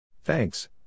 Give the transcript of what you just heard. Thanks